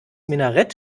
minarett